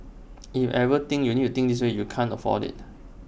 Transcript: if everything you need to think this way you cannot afford IT